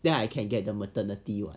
then I can get the maternity [what]